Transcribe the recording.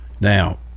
now